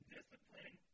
Discipline